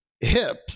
hip